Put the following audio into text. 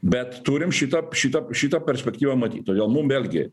bet turim šitą šitą šitą perspektyvą matyt todėl mum vėlgi